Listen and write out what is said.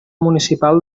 municipal